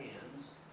hands